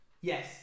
yes